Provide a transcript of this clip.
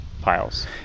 piles